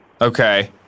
Okay